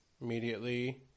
Immediately